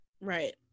Right